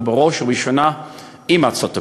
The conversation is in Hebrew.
ובראש ובראשונה עם ארצות-הברית.